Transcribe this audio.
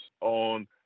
on